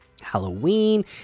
halloween